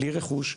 בלי רכוש,